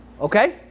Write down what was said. Okay